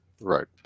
right